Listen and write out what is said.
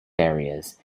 areas